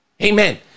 Amen